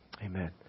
Amen